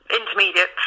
intermediate